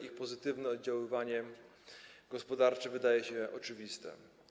Ich pozytywne oddziaływanie gospodarcze wydaje się oczywiste.